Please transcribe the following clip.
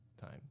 time